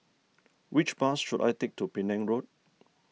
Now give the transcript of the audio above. which bus should I take to Penang Road